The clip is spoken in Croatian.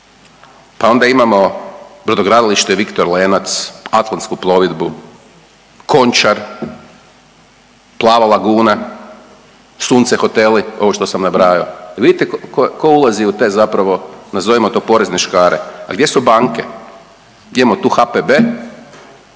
pa onda imamo brodogradilište Viktor Lenac, Atlantsku plovidbu, Končar, Plava laguna, Sunce hoteli ovo što sam nabrajao. Vidite tko ulazi u te zapravo nazovimo to porezne škare. A gdje su banke? Gdje imamo tu HPB